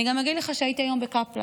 אני גם אגיד לך שהייתי היום בקפלן,